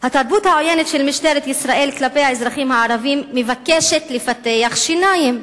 התרבות העוינת של משטרת ישראל כלפי האזרחים הערבים מבקשת לפתח שיניים,